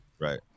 right